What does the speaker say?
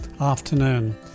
afternoon